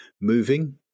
moving